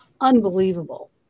unbelievable